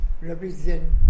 represent